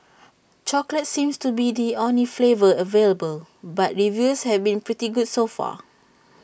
chocolate seems to be the only flavour available but reviews have been pretty good so far